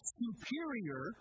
superior